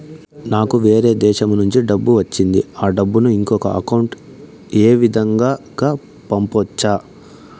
నాకు వేరే దేశము నుంచి డబ్బు వచ్చింది ఆ డబ్బును ఇంకొక అకౌంట్ ఏ విధంగా గ పంపొచ్చా?